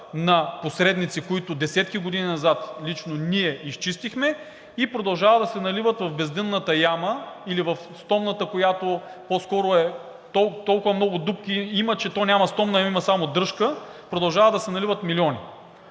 на посредници, които десетки години назад ние лично изчистихме, и продължават да се наливат в бездънната яма или в стомната, която по-скоро е с толкова много дупки, че то няма стомна, ами има само дръжка, продължават да се наливат милиони.